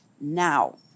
now